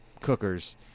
cookers